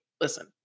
listen